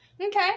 Okay